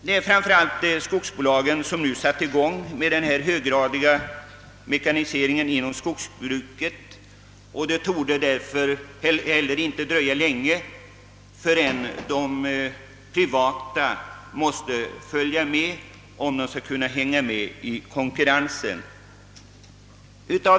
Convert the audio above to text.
Det är framför allt skogsbolagen som nu har satt i gång med denna höggradiga mekanisering inom skogsbruket, och det torde inte dröja länge förrän även det privata skogsbruket måste följa med i den utvecklingen, om det skall kunna hänga med i konkurrensen.